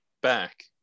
back